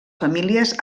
famílies